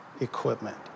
equipment